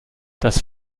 das